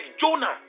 Jonah